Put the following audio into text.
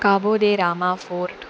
Cabo de Rama fort